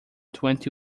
twenty